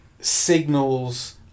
signals